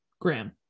Graham